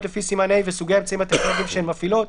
וסוגי האמצעים הטכנולוגיים שהן מפעילות,